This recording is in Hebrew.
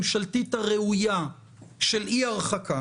שוויון רק אם המחוקק אומר שזה מה שהוא